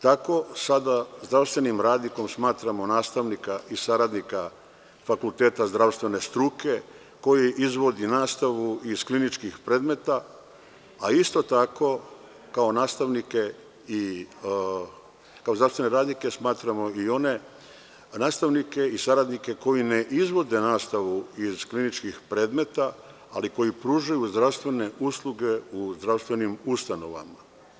Tako sada zdravstvenim radnikom smatramo nastavnika i saradnika fakulteta zdravstvene struke koji izvodi nastavu iz kliničkih predmeta, a isto tako kao zdravstvene radnike smatramo i one nastavnike i saradnike koji ne izvode nastavu iz kliničkih predmeta, ali koji pružaju zdravstvene usluge u zdravstvenim ustanovama.